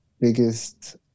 biggest